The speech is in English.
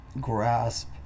grasp